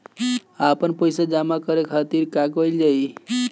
आपन पइसा जमा करे के खातिर का कइल जाइ?